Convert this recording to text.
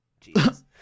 jesus